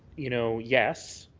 you know, yes.